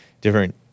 different